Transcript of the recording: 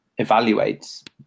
evaluates